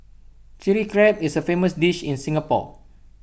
Chilli Crab is A famous dish in Singapore